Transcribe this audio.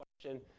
question